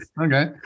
Okay